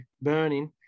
burning